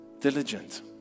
diligent